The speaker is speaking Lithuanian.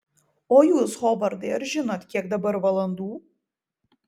o jūs hovardai ar žinot kiek dabar valandų